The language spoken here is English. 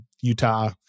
Utah